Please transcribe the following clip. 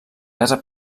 casa